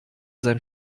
sein